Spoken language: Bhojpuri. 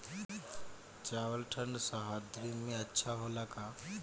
चावल ठंढ सह्याद्री में अच्छा होला का?